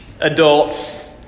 adults